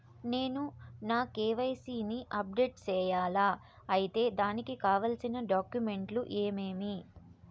నేను నా కె.వై.సి ని అప్డేట్ సేయాలా? అయితే దానికి కావాల్సిన డాక్యుమెంట్లు ఏమేమీ?